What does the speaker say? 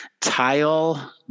tile